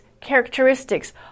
characteristics